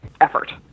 effort